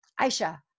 Aisha